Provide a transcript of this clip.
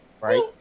right